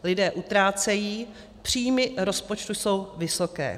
Lidé utrácejí, příjmy rozpočtu jsou vysoké.